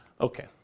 Okay